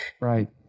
right